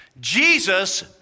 Jesus